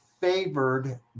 favored